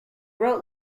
wrote